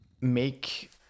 make